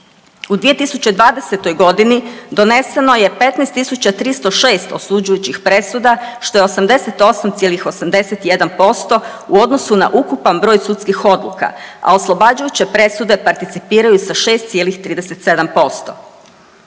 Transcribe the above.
U 2020. g. doneseno je 15 306 osuđujućih presuda, što je 88,81% u odnosu na ukupan broj sudskih odluka, a oslobađajuće presude participiraju sa 6,37%.